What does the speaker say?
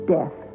Death